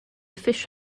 fish